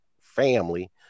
family